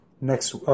next